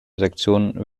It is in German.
sektion